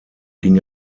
ging